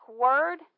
word